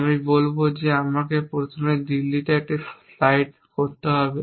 আমি বলবো আমাকে প্রথমে দিল্লিতে ফ্লাইট করতে হবে